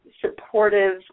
supportive